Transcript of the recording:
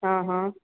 हा हा